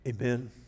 Amen